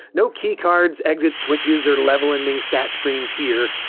no key cards, exit switches, or level ending stat screens here.